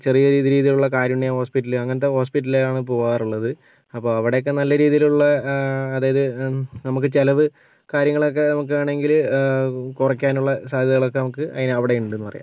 ചെറിയ രീതി രീതിയിലുള്ള കാരുണ്യ ഹോസ്പിറ്റൽ അങ്ങനത്തെ ഹോസ്പിറ്റലിലാണ് പോകാറുള്ളത് അപ്പോൾ അവിടെയൊക്കെ നല്ല രീതിയിലുള്ള അതായത് നമുക്ക് ചിലവ് കാര്യങ്ങളൊക്കെ നോക്കുകയാണെങ്കിൽ കുറക്കാനുള്ള സാദ്ധ്യതകളൊക്കെ നമുക്ക് അതിന് അവിടെയുണ്ടെന്ന് പറയാം